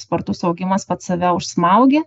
spartus augimas pats save užsmaugė